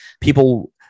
people